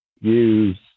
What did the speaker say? use